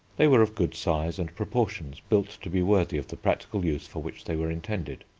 they were of good size and proportions, built to be worthy of the practical use for which they were intended.